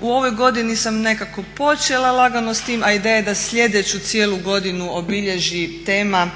u ovoj godini sam nekako počela lagano s time, a ideja je da sljedeću cijelu godinu obilježi tema